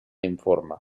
informe